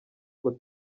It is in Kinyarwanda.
ngo